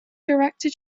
director